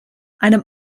einem